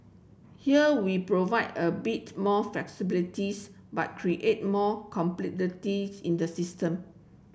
here we provide a bit more flexibilities but create more complexity in the system